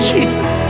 Jesus